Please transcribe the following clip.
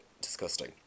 Disgusting